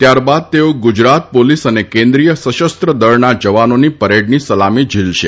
ત્યારબાદ તેઓ ગુજરાત પોલીસ તથા કેન્દ્રિય સશસ્ત્રદળના જવાનોની પરેડની સલામતી ઝીલશે